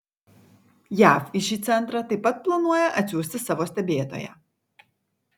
jav į šį centrą taip pat planuoja atsiųsti savo stebėtoją